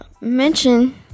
mention